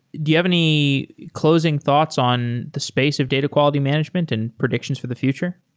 do you have any closing thoughts on the space of data quality management and predictions for the future?